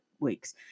weeks